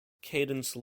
cadence